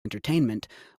entertainment